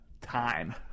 time